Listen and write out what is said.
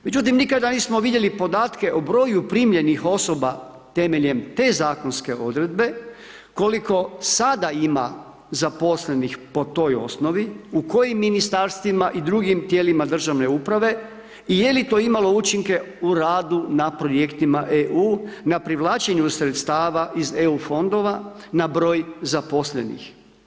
Međutim, nikada nismo vidjeli podatke o broju primljenih osoba temeljem te zakonske odredbe, koliko sada ima zaposlenih po toj osnovi, u kojim Ministarstvima i drugim tijelima državne uprave i je li to imalo učinke u radu na Projektima EU na privlačenju sredstava iz EU Fondova na broj zaposlenih.